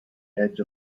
edge